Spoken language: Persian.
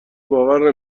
باور